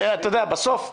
בסוף,